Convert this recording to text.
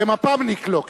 כמפ"מניק לא.